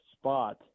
spot